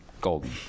Golden